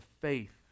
faith